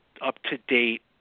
up-to-date